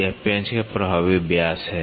यह पेंच का प्रभावी व्यास है